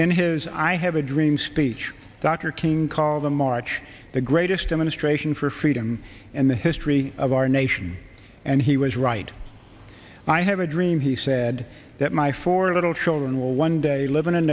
in his i have a dream speech dr king called the march the greatest demonstration for freedom and the history of our nation and he was right i have a dream he said that my four little children will one day l